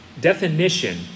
definition